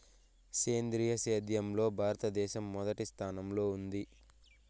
సేంద్రీయ సేద్యంలో భారతదేశం మొదటి స్థానంలో ఉంది